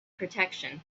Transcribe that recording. protection